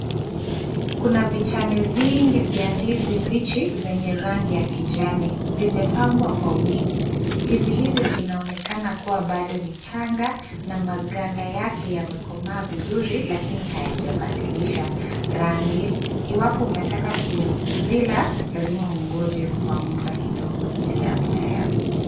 Kuna vichane vingi vya ndizi mbichi zenye rangi ya kijani. Vimepangwa kwa wingi. Ndizi hizi zinaonekana kuwa bado ni changa na maganda yake yamekomaa vizuri lakini hayabadilisha rangi. Iwapo unataka kuzila lazima ugoje kwa muda kidogo ili yawe tayari.